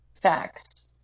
Facts